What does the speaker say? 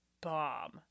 bomb